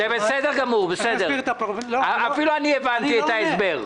זה בסדר גמור, אפילו אני הבנתי את ההסבר.